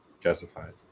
justified